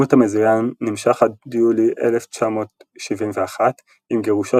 העימות המזוין נמשך עד יולי 1971 עם גירושו